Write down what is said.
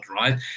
right